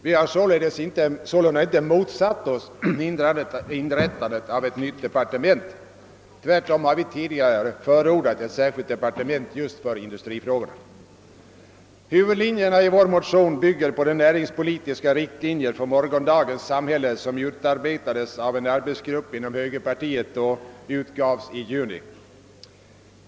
Vi har således inte motsatt oss inrättandet av ett nytt departement — tvärtom har vi tidigare förordat ett särskilt departement för industrifrågorna. Vår motion bygger i huvudsak på de näringspolitiska riktlinjer för morgondagens samhälle, som utarbetades av en arbetsgrupp inom högerpartiet och som utgavs i juni.